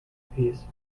piece